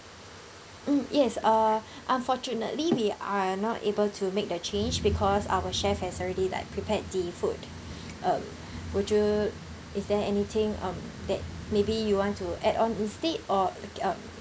mm yes uh unfortunately we are not able to make the change because our chef has already like prepared the food uh would you is there anything um that maybe you want to add on instead or um